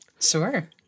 Sure